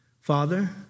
Father